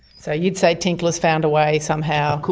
so you'd say tinkler's found a way somehow?